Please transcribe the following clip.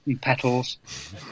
petals